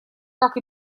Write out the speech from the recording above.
как